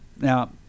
Now